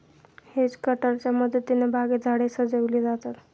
hedge कटरच्या मदतीने बागेत झाडे सजविली जातात